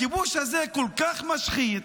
הכיבוש הזה כל כך משחית,